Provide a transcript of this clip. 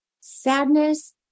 sadness